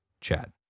Chad